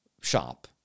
shop